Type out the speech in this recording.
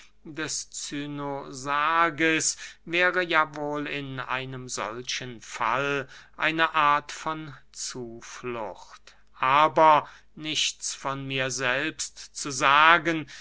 des cynosarges wäre ja wohl in einem solchen fall eine art von zuflucht aber nichts von mir selbst zu sagen